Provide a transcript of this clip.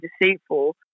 deceitful